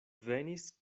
venis